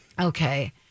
Okay